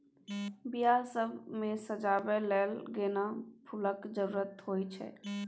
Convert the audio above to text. बियाह सब मे सजाबै लेल गेना फुलक जरुरत होइ छै